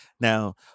Now